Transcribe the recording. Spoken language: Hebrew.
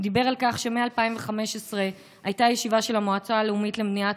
הוא דיבר על כך שב-2015 הייתה ישיבה של המועצה הלאומית למניעת